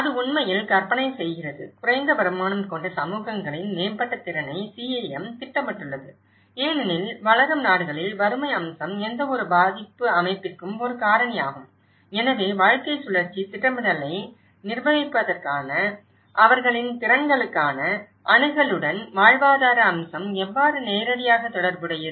அது உண்மையில் கற்பனை செய்கிறது குறைந்த வருமானம் கொண்ட சமூகங்களின் மேம்பட்ட திறனை CAM திட்டமிட்டுள்ளது ஏனெனில் வளரும் நாடுகளில் வறுமை அம்சம் எந்தவொரு பாதிப்பு அமைப்பிற்கும் ஒரு காரணியாகும் எனவே வாழ்க்கைச் சுழற்சி திட்டமிடலை நிர்வகிப்பதற்கான அவர்களின் திறன்களுக்கான அணுகலுடன் வாழ்வாதார அம்சம் எவ்வாறு நேரடியாக தொடர்புடையது